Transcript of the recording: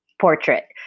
portrait